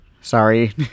Sorry